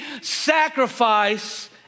sacrifice